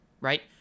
Right